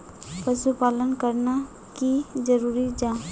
पशुपालन करना की जरूरी जाहा?